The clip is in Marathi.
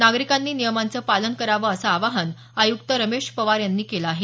नागरिकांनी नियमांचं पालन करावं असं आवाहन आयुक्त रमेश पवार यांनी केलं आहे